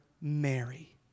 Mary